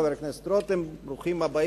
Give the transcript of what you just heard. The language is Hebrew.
חבר הכנסת רותם, ברוכים הבאים.